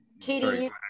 Katie